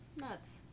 Nuts